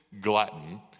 glutton